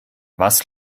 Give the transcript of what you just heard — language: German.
was